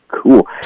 cool